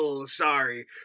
sorry